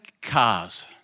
cars